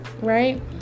right